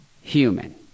human